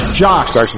jocks